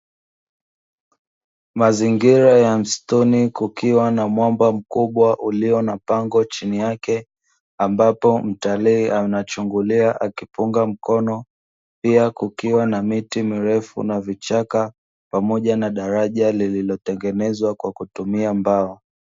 Mazingira ya msituni kukiwa mwamba mkubwa ulio na pango chini yake ambapo mtalii anachungulia akipunga mkono, pia kukiwa na miti mirefu na vichaka pamoja na daraja lililotengenezwa kwa kutumia mbao.